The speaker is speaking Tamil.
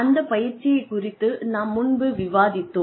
இந்த பயிற்சியை குறித்து நாம் முன்பு விவாதித்தோம்